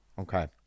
Okay